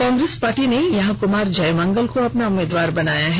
Congress party ने यहां कुमार जयमंगल को अपना उम्मीदवार बनाया है